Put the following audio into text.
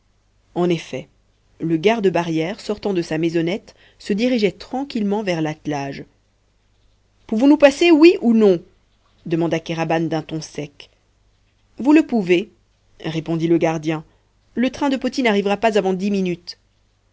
en effet le garde barrière sortant de sa maisonnette se dirigeait tranquillement vers l'attelage pouvons-nous passer oui ou non demanda kéraban d'un ton sec vous le pouvez répondit le gardien le train de poti n'arrivera pas avant dix minutes